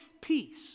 peace